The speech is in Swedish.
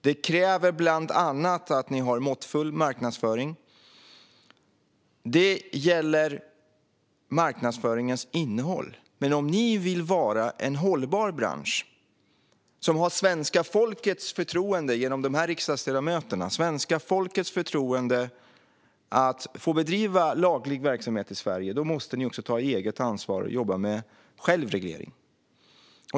Det kräver bland annat att ni har måttfull marknadsföring gällande marknadsföringens innehåll. Men om ni vill vara en hållbar bransch som genom våra riksdagsledamöter har svenska folkets förtroende att bedriva laglig verksamhet i Sverige måste ni också ta eget ansvar och jobba med självreglering.